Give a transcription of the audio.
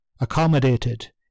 accommodated